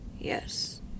yes